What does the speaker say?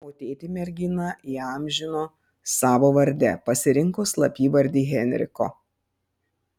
o tėtį mergina įamžino savo varde pasirinko slapyvardį henriko